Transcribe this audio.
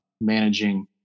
managing